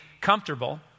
comfortable